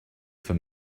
for